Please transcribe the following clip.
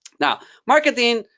now marketing,